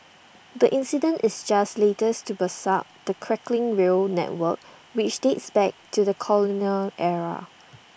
the incident is just latest to beset the creaking rail network which dates back to the colonial era